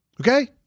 Okay